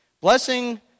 Blessing